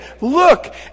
look